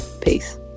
Peace